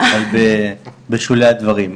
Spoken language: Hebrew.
אבל בשולי הדברים.